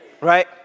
right